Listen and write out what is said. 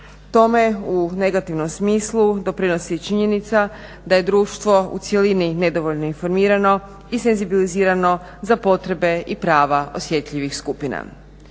Tome u negativnom smislu doprinosi činjenica da je društvo u cjelini nedovoljno informirano i senzibilizirano za potrebe i prava osjetljivih skupina.